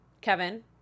Kevin